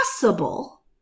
possible